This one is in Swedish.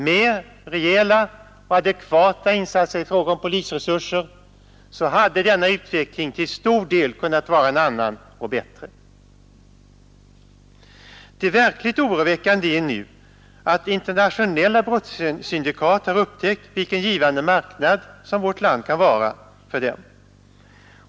Med rejäla och adekvata insatser i fråga om polisresurser hade denna utveckling till stor del kunnat vara en annan och bättre. Det verkligt oroväckande är nu att internationella brottssyndikat har upptäckt vilken givande marknad vårt land kan vara för dem.